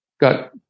got